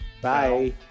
bye